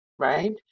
right